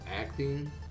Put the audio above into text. acting